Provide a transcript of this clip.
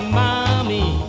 mommy